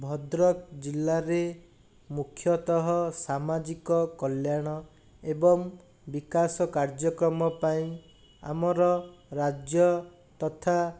ଭଦ୍ରକ ଜିଲ୍ଲାରେ ମୁଖ୍ୟତଃ ସାମାଜିକ କଲ୍ୟାଣ ଏବଂ ବିକାଶ କାର୍ଯ୍ୟକ୍ରମ ପାଇଁ ଆମର ରାଜ୍ୟ ତଥା